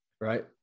right